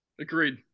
Agreed